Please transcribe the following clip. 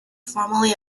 formally